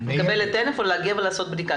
ואני מקבלת טלפון להגיע ולעשות בדיקה.